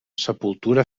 sepultura